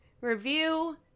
review